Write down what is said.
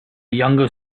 younger